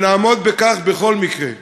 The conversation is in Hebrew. ונעמוד בכך בכל מקרה.